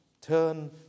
turn